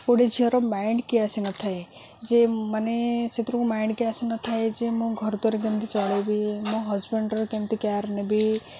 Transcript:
ଗୋଡ଼ିଏ ଝିଅର ମାଇଣ୍ଡ କି ଆସିନଥାଏ ଯେ ମାନେ ସେଥିରୁକୁ ମାଇଣ୍ଡ କିଏ ଆସିନଥାଏ ଯେ ମୁଁ ଘରଦ୍ୱାର କେମିତି ଚଳେଇବି ମୋ ହଜବେଣ୍ଡର କେମିତି କେୟାର୍ ନେବି